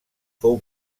fou